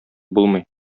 булмый